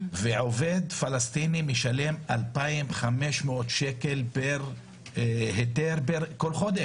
עובד פלסטיני משלם 2,500 שקל פר היתר כל חודש.